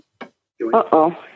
Uh-oh